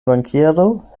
bankiero